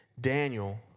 Daniel